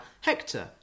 Hector